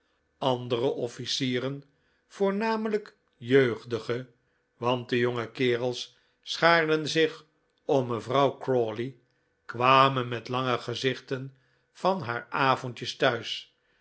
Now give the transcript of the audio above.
andere offlcieren voornamelijk jeugdige want de jonge kerels schaarden zich om mevrouw crawley kwamen met lange gezichten van haar avondjes thuis